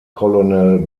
colonel